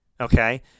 Okay